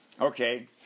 Okay